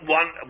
one